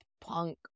punk